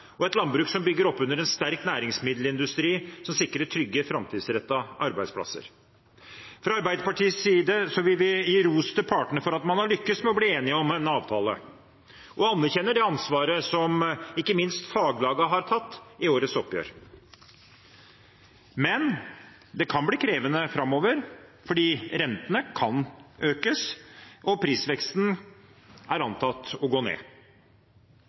marginale et landbruk som bygger opp under en sterk næringsmiddelindustri, og som sikrer trygge og framtidsrettede arbeidsplasser Fra Arbeiderpartiets side vil vi gi ros til partene for at man har lyktes med å bli enige om en avtale – og anerkjenner det ansvaret som ikke minst faglagene har tatt i årets oppgjør. Men det kan bli krevende framover, for rentene kan øke og prisveksten antas å gå ned.